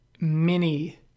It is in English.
mini